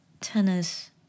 tennis